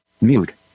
mute